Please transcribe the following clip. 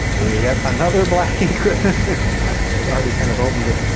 yet another black ink ribbon. it's already kind of open but,